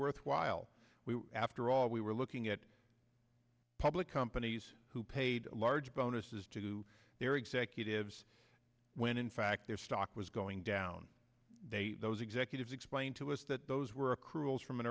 worthwhile after all we were looking at public companies who paid large bonuses to their executives when in fact their stock was going down those executives explained to us that those were accruals from an